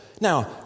Now